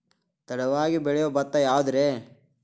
ತಡವಾಗಿ ಬೆಳಿಯೊ ಭತ್ತ ಯಾವುದ್ರೇ?